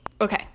okay